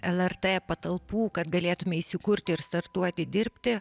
lrt patalpų kad galėtume įsikurti ir startuoti dirbti